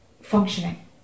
functioning